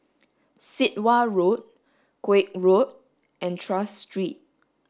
Sit Wah Road Koek Road and Tras Street